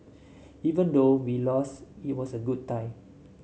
even though we lost it was a good tie